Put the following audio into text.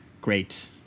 great